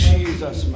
Jesus